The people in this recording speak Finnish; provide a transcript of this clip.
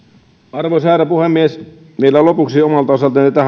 arvoisa herra puhemies vielä lopuksi omalta osaltani tähän asiaan